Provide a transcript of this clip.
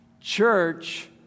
Church